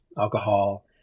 alcohol